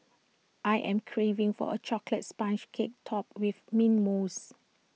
I am craving for A Chocolates Sponge Cake Topped with Mint Mousse